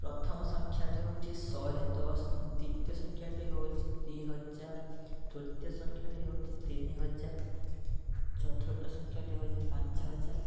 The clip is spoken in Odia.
ପ୍ରଥମ ସଂଖ୍ୟାଟି ହେଉଛି ଶହେ ଦଶ ଦ୍ୱିତୀୟ ସଂଖ୍ୟାଟି ହେଉଛି ଦୁଇ ହଜାର ତୃତୀୟ ସଂଖ୍ୟାଟି ହେଉଛି ତିନି ହଜାର ଚତୁର୍ଥ ସଂଖ୍ୟାଟି ହେଉଛି ପାଞ୍ଚ ହଜାର